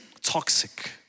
toxic